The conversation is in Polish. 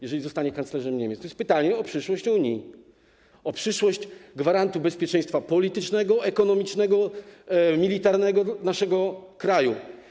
Jeżeli on zostanie kanclerzem Niemiec, to powstanie pytanie o przyszłość Unii, o przyszłość gwarantu bezpieczeństwa politycznego, ekonomicznego, militarnego naszego kraju.